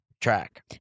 track